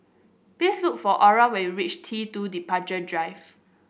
please look for Orra when you reach T two Departure Drive